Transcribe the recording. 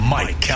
Mike